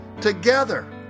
Together